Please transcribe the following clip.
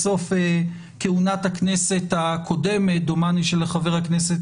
בסוף כהונת הכנסת הקודמת דומני שלחבר הכנסת